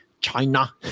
china